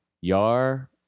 Yar